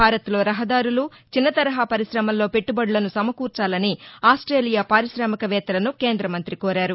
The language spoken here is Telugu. భారత్లో రహదారులు చిన్న తరహా పర్కారమల్లో పెట్టుబడులను సమకూర్చాలని ఆస్టేలియా పార్కికామికవేత్తలను కేంద్ర మంతి కోరారు